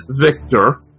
Victor